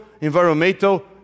environmental